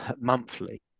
monthly